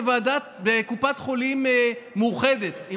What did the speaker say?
בקופת חולים מאוחדת,